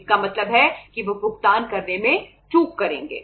इसका मतलब है कि वे भुगतान करने में चूक करेंगे